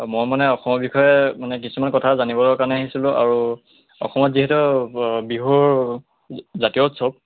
অ মই মানে অসমৰ বিষয়ে মানে কিছুমান কথা জানিবৰ কাৰণে আহিছিলোঁ আৰু অসমত যিহেতু বিহুৰ জাতীয় উৎসৱ